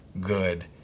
good